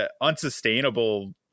unsustainable